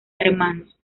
hermanos